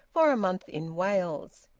for a month in wales.